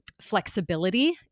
flexibility